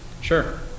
Sure